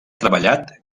treballat